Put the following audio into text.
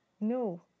no